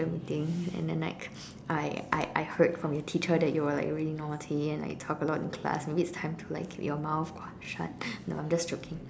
teacher meeting and then like I I I heard from your teacher that you were really naughty and like talk a lot in class maybe it's time to like keep your mouth shut no I am just joking